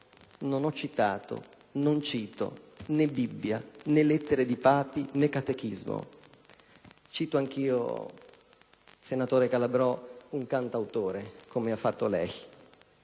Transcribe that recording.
come è entrato. Io non cito né Bibbia, né lettere di Papi, né catechismo; cito anch'io, senatore Calabrò, un cantautore, come ha fatto lei.